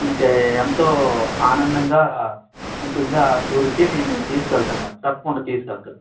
మనకి ఎంతో ఆనందంగా ఉంటుంది ఆ టూరుకి నిన్ను తీసుకువెళ్తాను నేను తప్పకుండా తీసుకువెళ్తాను